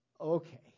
okay